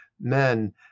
men